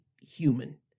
human